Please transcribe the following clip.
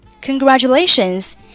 Congratulations